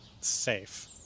safe